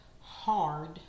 hard